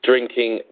Drinking